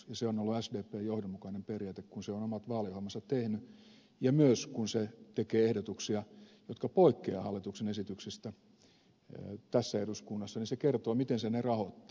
ja se on ollut sdpn johdonmukainen periaate kun se on omat vaaliohjelmansa tehnyt ja myös kun se tekee ehdotuksia jotka poikkeavat hallituksen esityksistä tässä eduskunnassa niin se kertoo miten se ne rahoittaa